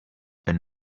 and